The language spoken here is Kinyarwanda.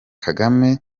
kagame